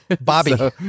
Bobby